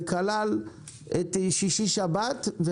זה כלל את שישי-שבת,